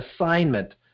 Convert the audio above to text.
assignment